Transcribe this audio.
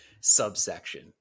subsection